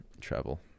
travel